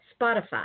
Spotify